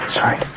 Sorry